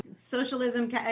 socialism